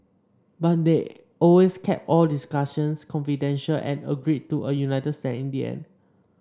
but they always kept all discussions confidential and agreed to a united stand in the end